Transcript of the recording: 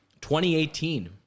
2018